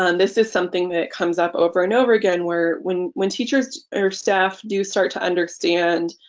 um this is something that comes up over and over again where when when teachers or staff do start to understand